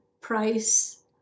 price